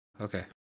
Okay